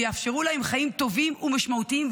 ויאפשרו להם חיים טובים ומשמעותיים.